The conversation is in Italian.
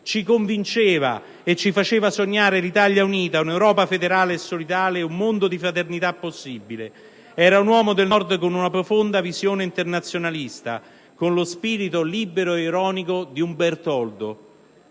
ci convinceva e ci faceva sognare l'Italia unita, un'Europa federale e solidale, un mondo di fraternità possibile. Era un uomo del Nord con una profonda visione internazionalista, con lo spirito libero ed ironico di un Bertoldo.